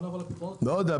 לא יודע,